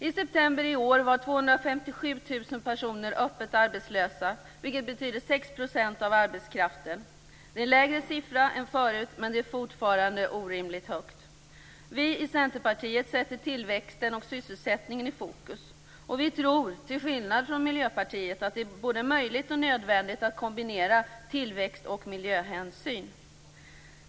I september i år var 257 000 personer öppet arbetslösa, vilket betyder 6 % av arbetskraften. Det är en lägre siffra än förut men det är fortfarande en orimligt hög siffra. Vi i Centerpartiet sätter tillväxten och sysselsättningen i fokus. Vi tror, till skillnad från Miljöpartiet, att det är både möjligt och nödvändigt att kombinera tillväxt och miljöhänsyn.